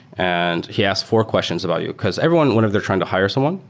and he asked four questions about you, because everyone whenever they're trying to hire someone,